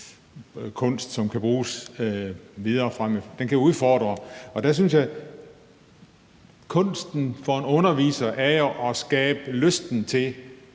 noget, der kan bruges tidløst og kan udfordre. Og der synes jeg, at kunsten for en underviser jo er at skabe lysten til